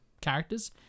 characters